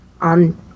on